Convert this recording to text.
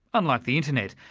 unlike the internet,